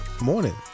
morning